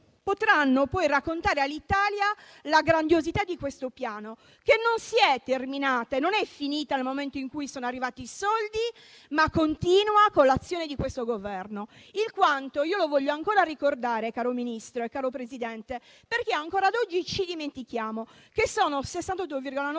potranno raccontare all'Italia la grandiosità di questo Piano, che non è finita nel momento in cui sono arrivati i soldi, ma continua con l'azione di questo Governo. Il "quanto" lo voglio ancora ricordare, caro Ministro e caro Presidente, perché ancora oggi ci dimentichiamo che sono 62,9